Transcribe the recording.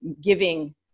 giving